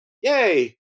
yay